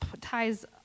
ties